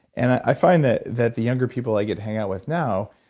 and i find that that the younger people i get to hang out with now,